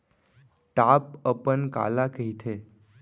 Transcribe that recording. Top अपन काला कहिथे?